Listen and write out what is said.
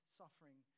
suffering